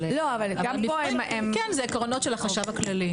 אבל כן אלו העקרונות של החשב הכללי.